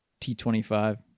T25